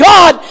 God